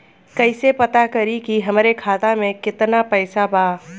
कइसे पता करि कि हमरे खाता मे कितना पैसा बा?